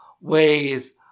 ways